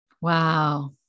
Wow